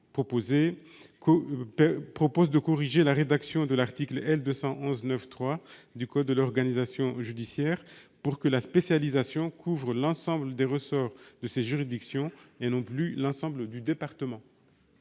vise à corriger la rédaction de l'article L. 211-9-3 du code de l'organisation judiciaire, pour que la spécialisation couvre l'ensemble des ressorts de ces juridictions, et non plus l'ensemble du département.